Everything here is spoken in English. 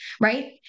right